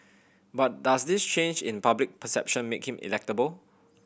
but does this change in public perception make him electable